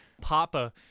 Papa